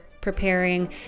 preparing